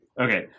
Okay